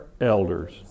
Elders